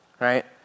Right